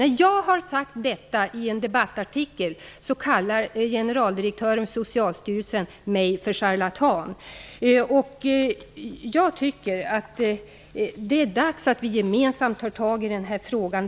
När jag sade detta i en debattartikel kallade generaldirektören för Socialstyrelsen mig för charlatan. Jag tycker att det är dags att vi gemensamt tar tag i den här frågan.